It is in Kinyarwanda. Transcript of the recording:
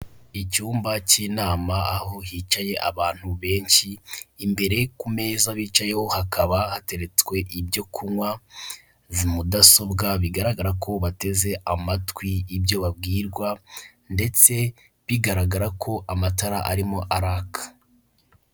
Icyumba cy'inama aho hicaye abantu benshi, imbere ku meza bicayeho hakaba hateretswe ibyo kunywa, mudasobwa, bigaragara ko bateze amatwi ibyo babwirwa ndetse bigaragara ko amatara arimo araka.